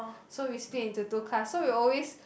so we split into two class so we always